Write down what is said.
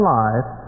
life